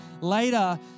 Later